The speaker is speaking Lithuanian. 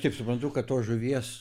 kiek suprantu kad tos žuvies